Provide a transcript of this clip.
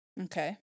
okay